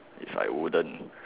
it's like wooden